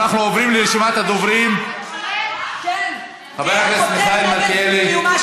אנחנו עוברים לרשימת הדוברים: חבר הכנסת מיכאל מלכיאלי,